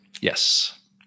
Yes